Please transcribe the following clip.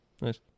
nice